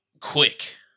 quick